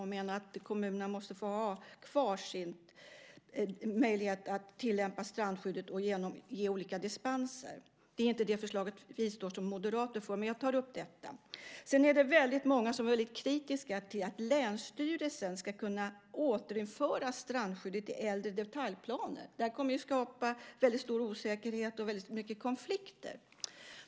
De menar att kommunerna måste få ha kvar sin möjlighet att tillämpa strandskyddet och ge olika dispenser. Det är inte det förslag som vi moderater står för, men jag tar upp detta. Det är också väldigt många som är väldigt kritiska till att länsstyrelsen ska kunna återinföra strandskyddet i äldre detaljplaner. Det kommer att skapa väldigt stor osäkerhet och väldigt mycket konflikter.